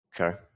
Okay